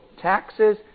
taxes